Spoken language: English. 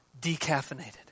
decaffeinated